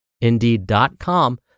Indeed.com